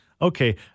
Okay